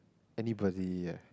anybody eh